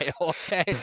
Okay